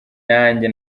nanjye